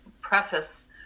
preface